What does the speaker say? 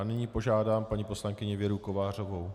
Nyní požádám paní poslankyni Věru Kovářovou.